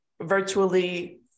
virtually